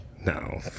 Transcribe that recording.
No